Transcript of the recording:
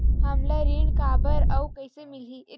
हमला ऋण काबर अउ कइसे मिलही?